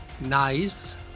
nice